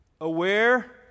aware